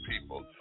people